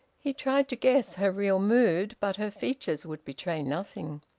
he tried to guess her real mood, but her features would betray nothing.